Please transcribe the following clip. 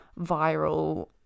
viral